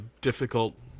difficult